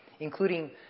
including